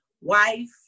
wife